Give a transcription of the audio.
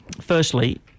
Firstly